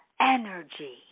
energy